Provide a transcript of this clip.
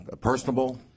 personable